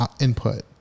input